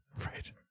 right